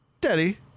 Daddy